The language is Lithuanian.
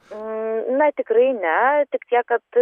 na tikrai ne tik tiek kad